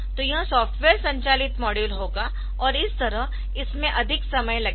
तो यह सॉफ्टवेयर संचालित मॉड्यूल होगा और इस तरह इसमें अधिक समय लगेगा